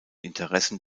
interessen